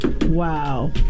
Wow